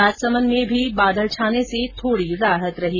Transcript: राजसमंद में भी बादल छाने से थोड़ी राहत रही